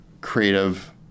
creative